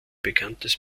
bekanntes